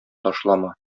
ташлама